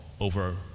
over